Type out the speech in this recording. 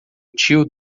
tio